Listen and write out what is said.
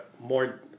more